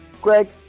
Greg